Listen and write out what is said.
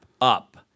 up